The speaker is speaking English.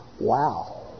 Wow